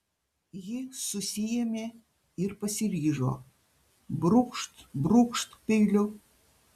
ji susiėmė ir pasiryžo brūkšt brūkšt peiliu